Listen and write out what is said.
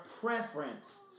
preference